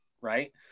Right